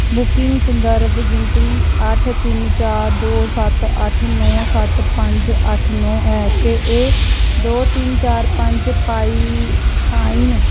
booking संदर्भ गिनतरी अट्ठ तिन्न चार दो सत्त अट्ठ नौ सत्त पंज अट्ठ नौ ऐ ते एह् दो तिन्न चार पंज पाई पाइन